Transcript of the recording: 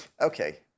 Okay